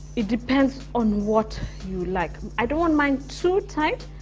it depends on what you like. i don't want mine too tight